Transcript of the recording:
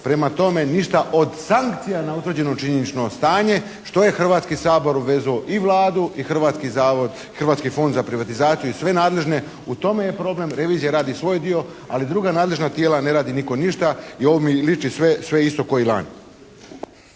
Prema tome, ništa od sankcija na utvrđeno činjenično stanje što je Hrvatski sabor obvezao i Vladu i Hrvatski fond za privatizaciju i sve nadležne. U tome je problem. Revizija radi svoj dio, ali druga nadležna tijela ne radi nitko ništa. I ovo mi liči sve isto kao i lani.